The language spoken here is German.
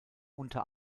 unter